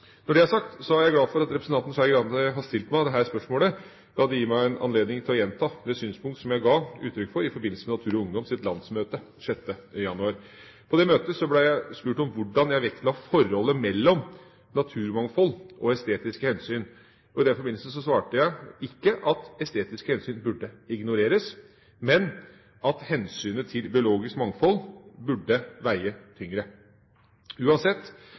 Når det er sagt, er jeg glad for at representanten Skei Grande har stilt meg dette spørsmålet, da det gir meg en anledning til å gjenta det synspunkt som jeg ga uttrykk for i forbindelse med Natur og Ungdoms landsmøte 6. januar. På det møtet ble jeg spurt om hvordan jeg vektla forholdet mellom naturmangfold og estetiske hensyn. I den forbindelse svarte jeg ikke at estetiske hensyn burde ignoreres, men at hensynet til biologisk mangfold burde veie tyngre. Uansett